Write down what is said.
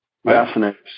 Fascinating